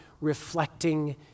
reflecting